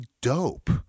dope